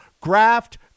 graft